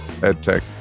edtech